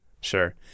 sure